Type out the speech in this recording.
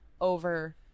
over